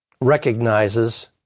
recognizes